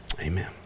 amen